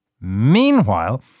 Meanwhile